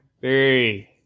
three